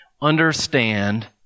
understand